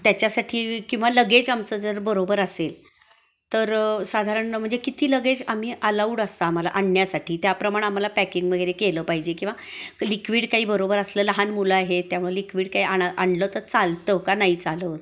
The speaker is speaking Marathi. त्याच्यासाठी किंवा लगेज आमचं जर बरोबर असेल तर साधारण म्हणजे किती लगेज आम्ही अलाऊड असतं आम्हाला आणण्यासाठी त्याप्रमाणं आम्हाला पॅकिंग वगैरे केलं पाहिजे किंवा लिक्विड काही बरोबर असलं लहान मुलं आहेत त्यामुळं लिक्विड काही आण आणलं तर चालतं का नाही चालत